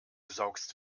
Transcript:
saugst